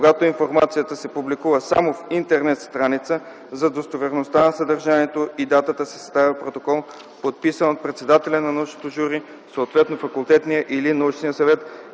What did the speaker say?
Когато информацията се публикува само в Интерент страница, за достоверността на съдържанието и датата се съставя протокол, подписан от председателя на научното жури, съответно от факултетния или научния съвет